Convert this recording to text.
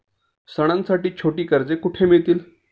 सणांसाठी छोटी कर्जे कुठे मिळतील?